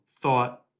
thought